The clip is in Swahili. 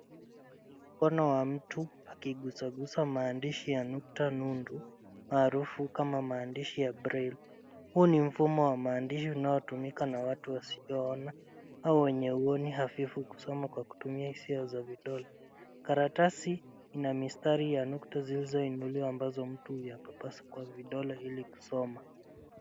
Ni mkono wa mtu akigusagusa maandishi ya nukta nundu marufu kana maandishi ya breille . Huu ni mfumo wa maandishi unaotumika na watu wasioona au wenye uoni hafifu kusoma kwa kutumia hisia za vidole. Karatasi ina mistari ya nukta zilizoinuliwa ambazo mtu huyapapasa kwa vidole ili kusoma.